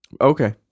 Okay